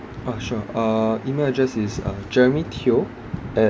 ah sure uh email address is uh jeremy teo at